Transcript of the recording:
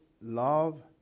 love